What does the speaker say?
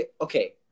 Okay